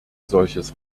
solches